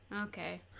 Okay